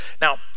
Now